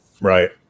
right